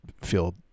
feel